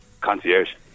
Concierge